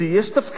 יש תפקיד,